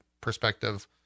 perspective